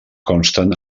consten